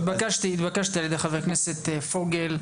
התבקשתי על ידי חבר הכנסת פוגל,